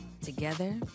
together